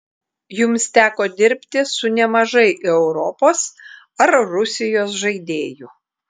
jums teko dirbti su nemažai europos ar rusijos žaidėjų